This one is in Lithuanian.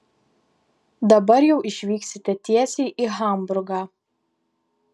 dabar jau išvyksite tiesiai į hamburgą